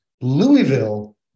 Louisville